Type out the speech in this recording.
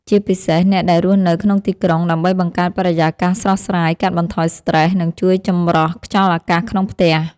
ជាពិសេសអ្នកដែលរស់នៅក្នុងទីក្រុង ដើម្បីបង្កើតបរិយាកាសស្រស់ស្រាយ កាត់បន្ថយស្ត្រេស និងជួយចម្រោះខ្យល់អាកាសក្នុងផ្ទះ។